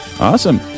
Awesome